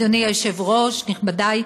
אדוני היושב-ראש, נכבדי,